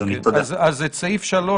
אין לי בעיה